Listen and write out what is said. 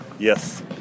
yes